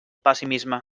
pessimisme